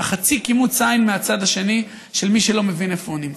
מחצי קימוץ העין מהצד השני של מי שלא מבין איפה הוא נמצא.